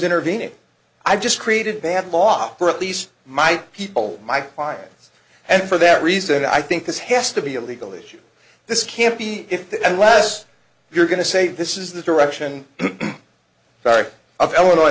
intervening i just created a bad law for at least my people my clients and for that reason i think this has to be a legal issue this can't be it and less you're going to say this is the direction sorry of illinois